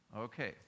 Okay